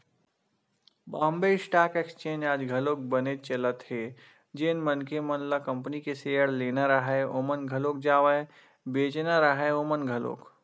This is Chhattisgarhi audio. बॉम्बे स्टॉक एक्सचेंज आज घलोक बनेच चलत हे जेन मनखे मन ल कंपनी के सेयर लेना राहय ओमन घलोक जावय बेंचना राहय ओमन घलोक